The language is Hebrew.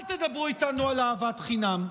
אל תדברו איתנו על אהבת חינם.